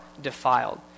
defiled